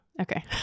Okay